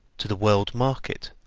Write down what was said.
to the world-market,